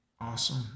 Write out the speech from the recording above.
Awesome